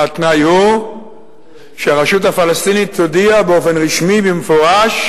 והתנאי הוא שהרשות הפלסטינית תודיע באופן רשמי במפורש